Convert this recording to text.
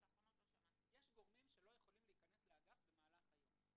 --- יש גורמים שלא יכולים להיכנס למעון במהלך היום.